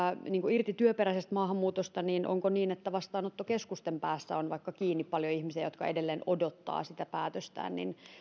irti työperäisestä maahanmuutosta niin onko niin että vastaanottokeskusten päässä on vaikka kiinni paljon ihmisiä jotka edelleen odottavat sitä päätöstään